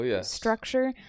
structure